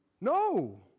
No